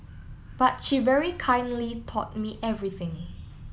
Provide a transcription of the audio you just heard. but she very kindly taught me everything